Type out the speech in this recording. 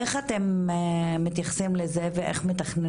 איך אתם מתייחסים לזה ואיך מתכננים את זה?